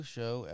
Show